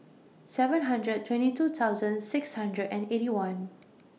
seven hundred twenty two thousand six hundred and Eighty One